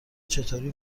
چطوری